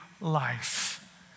life